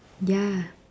ya